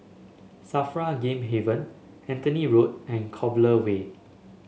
Safra Game Haven Anthony Road and Clover Way